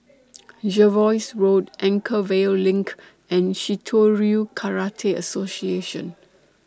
Jervois Road Anchorvale LINK and Shitoryu Karate Association